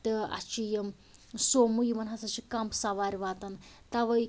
تہٕ اسہِ چھِ یِم سومو یمن ہَسا چھِ کَم سوارِ واتَن تؤے